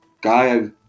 guy